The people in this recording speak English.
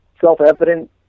self-evident